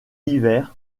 hiver